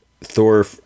Thor